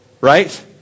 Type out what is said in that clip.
Right